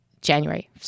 January